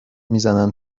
میزنن